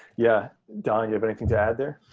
yeah. don, you have anything to add there?